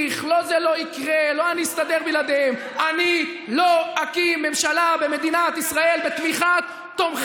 אני מבקש מכולם להירגע.